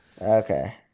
Okay